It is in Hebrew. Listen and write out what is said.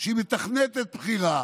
שהיא מתכננת בכירה,